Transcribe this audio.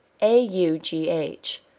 a-u-g-h